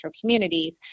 communities